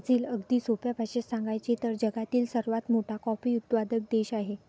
Brazil, अगदी सोप्या भाषेत सांगायचे तर, जगातील सर्वात मोठा कॉफी उत्पादक देश आहे